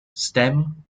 stem